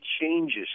changes